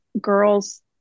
girls